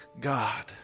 God